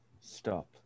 Stop